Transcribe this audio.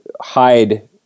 hide